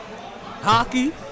Hockey